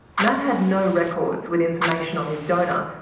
matt had no records with information on his donor,